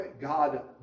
God